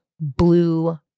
blue